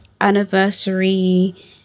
anniversary